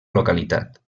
localitat